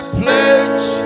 pledge